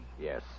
Yes